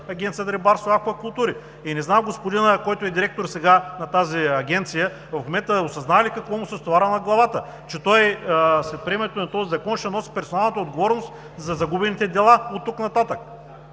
Агенцията по рибарство и аквакултури? Не знам господинът, който сега е директор на тази агенция, в момента осъзнава ли какво му се стоварва на главата, че той след приемането на този закон ще носи персоналната отговорност за загубените дела оттук нататък.